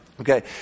Okay